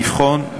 נבחן,